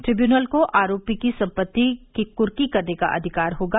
tribunal को आरोपी की सम्पत्ति की कर्की करने का अधिकार होगा